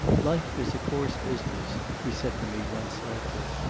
life is a coarse business, he said to me once lately.